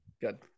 Good